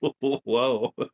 whoa